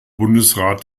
bundesrat